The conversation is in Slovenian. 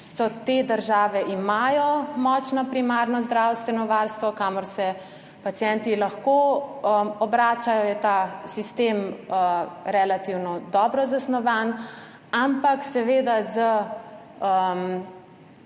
te države močno primarno zdravstveno varstvo, kamor se pacienti lahko obračajo, ta sistem je relativno dobro zasnovan, ampak seveda z